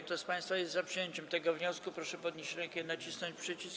Kto z państwa jest za przyjęciem tego wniosku, proszę podnieść rękę i nacisnąć przycisk.